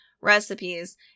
recipes